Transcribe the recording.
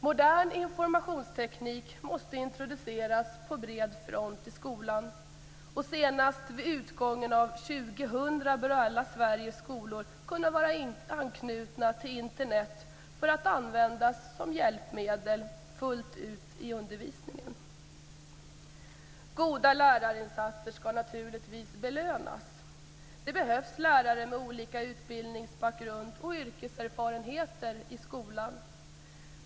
Modern informationsteknik måste introduceras på bred front i skolan, och senast vid utgången av år 2000 bör alla Sveriges skolor kunna vara anknutna till Internet för att användas som hjälpmedel fullt ut i undervisningen. Goda lärarinsatser skall naturligtvis belönas. Det behövs lärare med olika utbildningsbakgrund och yrkeserfarenheter i skolan.